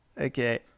Okay